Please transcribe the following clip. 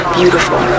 beautiful